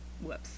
Whoops